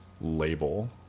label